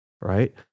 right